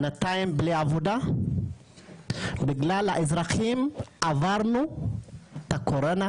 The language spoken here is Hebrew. שנתיים בלי עבודה בגלל האזרחים עברנו את הקורונה,